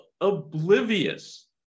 oblivious